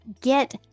get